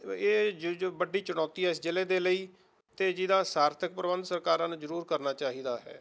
ਇਹ ਜੋ ਜੋ ਵੱਡੀ ਚੁਣੌਤੀ ਹੈ ਇਸ ਜ਼ਿਲ੍ਹੇ ਦੇ ਲਈ ਅਤੇ ਜਿਹਦਾ ਸਾਰਥਕ ਪ੍ਰਬੰਧ ਸਰਕਾਰਾਂ ਨੂੰ ਜ਼ਰੂਰ ਕਰਨਾ ਚਾਹੀਦਾ ਹੈ